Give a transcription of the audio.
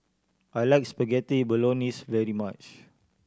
I like Spaghetti Bolognese very much